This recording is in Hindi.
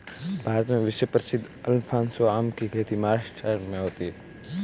भारत में विश्व प्रसिद्ध अल्फांसो आम की खेती महाराष्ट्र में होती है